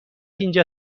اینجا